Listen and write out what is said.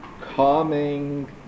calming